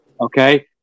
okay